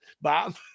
Bob